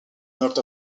north